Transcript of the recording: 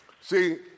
See